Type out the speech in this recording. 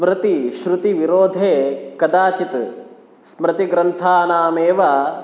स्मृतिश्रुतिविरोधे कदाचित् स्मृतिग्रन्थानामेव